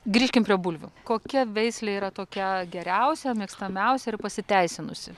grįžkim prie bulvių kokia veislė yra tokia geriausia mėgstamiausia ir pasiteisinusi